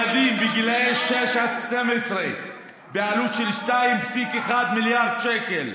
לילדים בגיל 6 עד 12, בעלות של 2.1 מיליארד שקל.